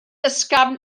ysgafn